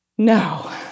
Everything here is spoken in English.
No